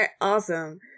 Awesome